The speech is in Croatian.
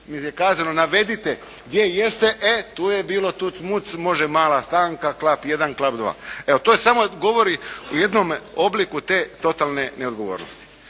kad je kazano navedite gdje jeste, e, tu je bilo tuc, muc, može mala stanka, klap jedan, klap dva. Evo, to samo govori o jednom obliku te totalne neodgovornosti.